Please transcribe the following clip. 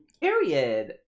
Period